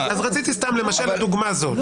למשל הדוגמה הזו.